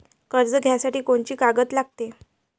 कर्ज घ्यासाठी कोनची कागद लागते?